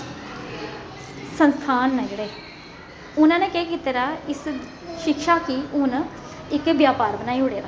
संस्थान न जेह्ड़े उ'नें ना केह् कीते दा इस शिक्षा गी हून इक बपार बनाई ओड़ेआ